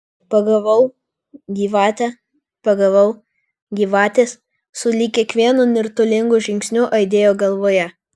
pagavau gyvate pagavau gyvatės sulig kiekvienu nirtulingu žingsniu aidėjo galvoje